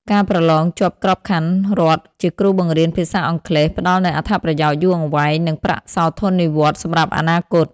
ការប្រឡងជាប់ក្របខ័ណ្ឌរដ្ឋជាគ្រូបង្រៀនភាសាអង់គ្លេស ផ្តល់នូវអត្ថប្រយោជន៍យូរអង្វែង និងប្រាក់សោធននិវត្តន៍សម្រាប់អនាគត។